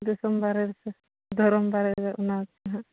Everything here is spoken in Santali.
ᱫᱤᱥᱚᱢ ᱫᱟᱨᱮ ᱨᱮᱥᱮ ᱫᱷᱚᱨᱚᱢ ᱫᱟᱲᱮ ᱨᱮ ᱚᱱᱟ ᱠᱚᱜᱮ ᱦᱟᱸᱜ